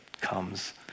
comes